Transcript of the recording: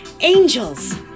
angels